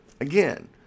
Again